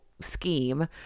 scheme